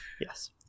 Yes